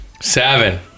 Seven